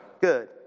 Good